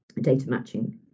data-matching